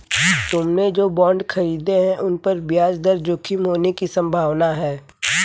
तुमने जो बॉन्ड खरीदे हैं, उन पर ब्याज दर जोखिम होने की संभावना है